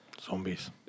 zombies